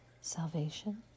salvation